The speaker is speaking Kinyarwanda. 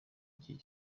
gihe